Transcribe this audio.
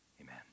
amen